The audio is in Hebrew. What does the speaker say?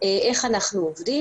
איך אנחנו עובדים.